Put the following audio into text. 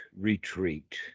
retreat